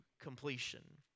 completion